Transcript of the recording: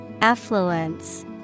Affluence